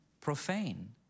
profane